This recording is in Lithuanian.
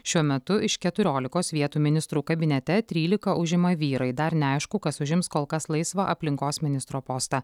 šiuo metu iš keturiolikos vietų ministrų kabinete trylika užima vyrai dar neaišku kas užims kol kas laisvą aplinkos ministro postą